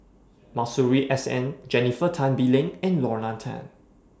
Masuri S N Jennifer Tan Bee Leng and Lorna Tan